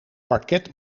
parket